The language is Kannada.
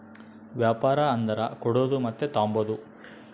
ವ್ಯಾಪಾರ ಅಂದರ ಕೊಡೋದು ಮತ್ತೆ ತಾಂಬದು